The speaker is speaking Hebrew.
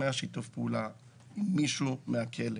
אם היה שיתוף פעולה עם מישהו מהכלא.